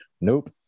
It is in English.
Nope